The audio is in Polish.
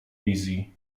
wizji